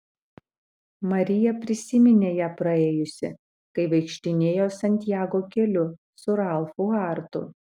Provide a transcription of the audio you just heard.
marija prisiminė ją praėjusi kai vaikštinėjo santjago keliu su ralfu hartu